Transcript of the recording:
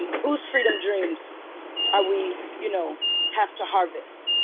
whose freedom dreams are we you know have to harvest.